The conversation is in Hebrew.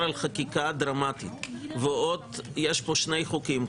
על חקיקה דרמטית ועוד יש פה שני חוקים.